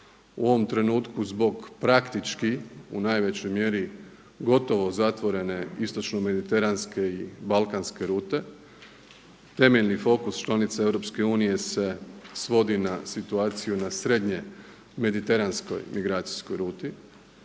u ovom trenutku zbog praktički u najvećoj mjeri gotovo zatvorene istočno-mediteranske i balkanske rute. Temeljni fokus članica EU se svodi na situaciju na srednje mediteranskoj migracijskoj ruti